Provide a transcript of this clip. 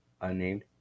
unnamed